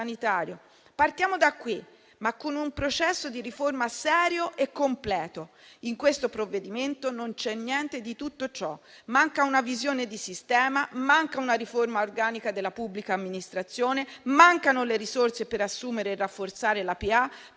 Partiamo da qui, ma con un processo di riforma serio e completo. In questo provvedimento non c'è niente di tutto ciò: manca una visione di sistema; manca una riforma organica della pubblica amministrazione; mancano le risorse per assumere e rafforzare la